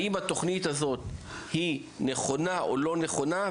האם התוכנית הזאת נכונה או לא נכונה,